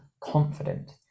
confident